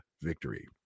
victory